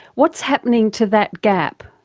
what's happening to that gap?